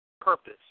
purpose